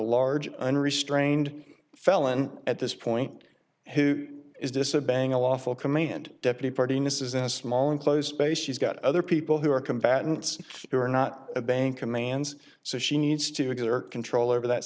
large unrestrained felon at this point who is disobeying a lawful command deputy party and this is a small enclosed space she's got other people who are combatants who are not a bank commands so she needs to exert control over that